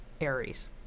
Aries